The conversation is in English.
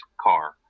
car